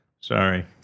sorry